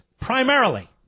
primarily